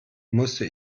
musste